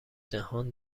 جهان